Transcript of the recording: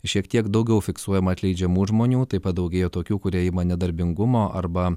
šiek tiek daugiau fiksuojama atleidžiamų žmonių taip pat daugėja tokių kurie ima nedarbingumo arba